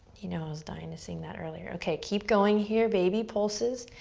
you know dying to sing that earlier. okay, keep going here, baby pulses,